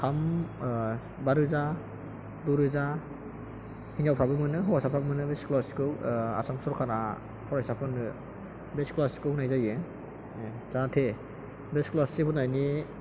थाम बा रोजा द' रोजा हिनजावफोराबो मोनो हौवासाफ्राबो मोनो बे स्क'लारशिप खौ आसाम सरकारा फरायसाफोरनो बे स्क'लारशिप खौ होनाय जायो जाहाथे बे स्क'लारशिप होनायनि